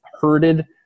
herded